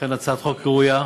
אכן, הצעת חוק ראויה.